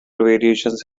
variations